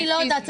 אני לא יודעת.